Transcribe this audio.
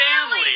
family